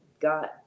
got